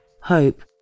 Hope